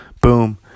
boom